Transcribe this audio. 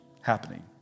happening